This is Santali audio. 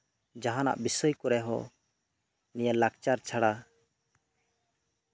ᱡᱟᱦᱟᱸᱱᱟᱜ ᱵᱤᱥᱚᱭ ᱠᱚᱨᱮ ᱦᱚᱸ ᱱᱤᱭᱟᱹ ᱞᱟᱠᱪᱟᱨ ᱪᱷᱟᱲᱟ